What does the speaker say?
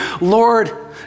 Lord